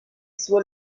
suo